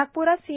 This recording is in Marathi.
नागप्रात सी